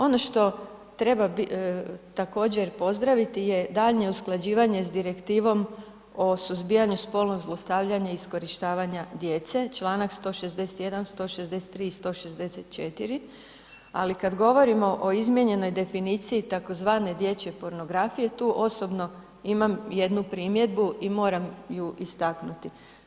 Ono što treba također pozdraviti je daljnje usklađivanje sa Direktivom o suzbijanju spolnog zlostavljanja i iskorištavanja djece, čl. 161., 163., 164., ali kad govorimo o izmijenjenoj definiciji tzv. dječje pornografije, tu osobno imamo jednu primjedbu i moram ju istaknuti.